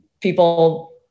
people